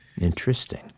Interesting